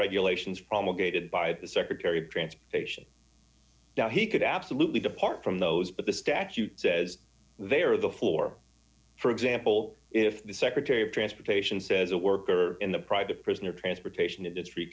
regulations promulgated by the secretary of transportation he could absolutely depart from those but the statute says they are the floor for example if the secretary of transportation says a worker in the private prison or transportation industry